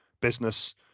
business